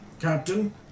Captain